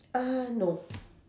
err no